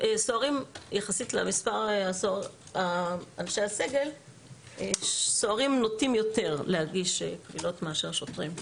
יחסית למספר אנשי הסגל סוהרים נוטים יותר להגיש קבילות מאשר שוטרים.